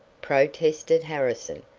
protested harrison,